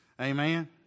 Amen